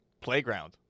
playground